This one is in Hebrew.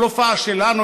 כל הופעה שלנו,